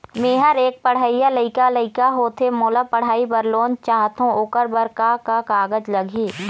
मेहर एक पढ़इया लइका लइका होथे मोला पढ़ई बर लोन चाहथों ओकर बर का का कागज लगही?